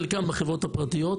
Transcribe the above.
חלקם מפונים בחברות הפרטיות.